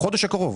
החודש הקרוב,